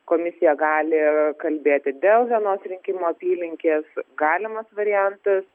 komisija gali kalbėti dėl vienos rinkimų apylinkės galimas variantas